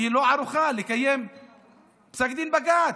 והיא לא ערוכה לקיים פסק דין של בג"ץ.